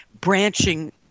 branching